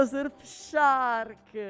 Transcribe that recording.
Surfshark